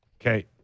Okay